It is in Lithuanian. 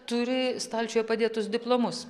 turi stalčiuje padėtus diplomus